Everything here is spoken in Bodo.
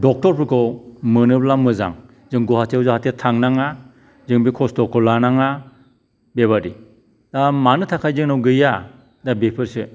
डक्टरफोरखौ मोनोब्ला मोजां जों गुवाहाटीयाव जाहाथे थांनाङा जों बे खस्थ'खौ लानाङा बेबादि दा मानो थाखाय जोंनाव गैया दा बेफोरसो